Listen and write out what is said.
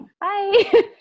Bye